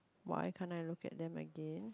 why can't I look at them again